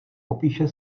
popíše